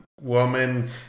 woman